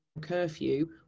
curfew